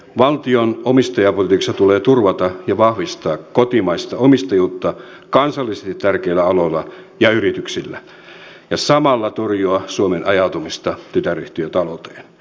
valtion omistajapolitiikalla tulee turvata ja vahvistaa kotimaista omistajuutta kansallisesti tärkeillä aloilla ja yrityksissä ja samalla torjua suomen ajautumista tytäryhtiötaloudeksi